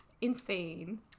insane